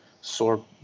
sore